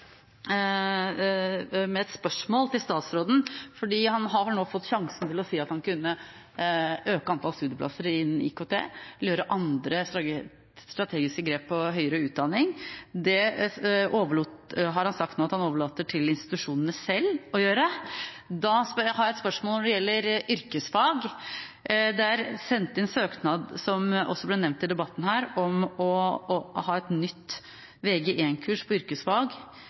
med et spørsmål til statsråden. Han har vel nå hatt sjansen til å si at han kunne øke antall studieplasser innen IKT eller ta andre strategiske grep innenfor høyere utdanning. Det har han nå sagt at han overlater til institusjonene selv å gjøre. Da har jeg et spørsmål når det gjelder yrkesfag. Det er sendt inn søknad, som det også ble nevnt i debatten her, om å ha et nytt Vg1-kurs i yrkesfag,